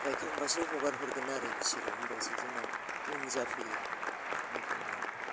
गायखांब्लासो हगारहरगोन आरो बिसोरो होमब्लासो जोंना उन जाफैयो माइ गायनाया